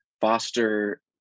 foster